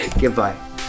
Goodbye